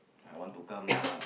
I want to come lah